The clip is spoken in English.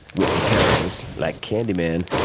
whitney cummings, like candy man,